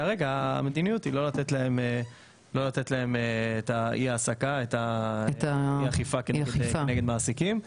כרגע המדיניות היא לא לתת להם את אי האכיפה כנגד מעסיקים.